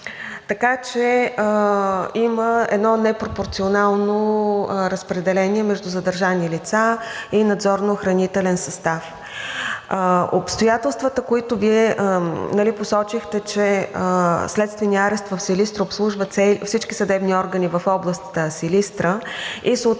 така че има едно непропорционално разпределение между задържани лица и надзорно-охранителен състав. Обстоятелствата, които Вие посочихте, че следственият арест в Силистра обслужва всички съдебни органи в област Силистра, и съответно